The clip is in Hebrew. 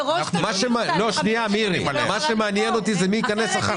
מה שמעניין אותי זה מי ייכנס אחריה.